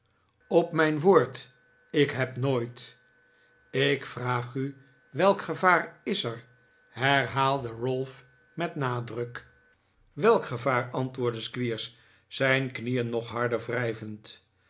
op mijn woord ik heb nooit ik vraag u welk gevaar is er herhaalde ralph met nadruk welk gevaar antwoordde squeers zijn knieen nog harder